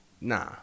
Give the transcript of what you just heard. Nah